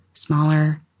Smaller